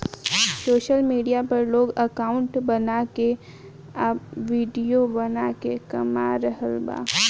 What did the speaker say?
social media पर लोग account बना के आ विडिओ बना के कमा रहल बा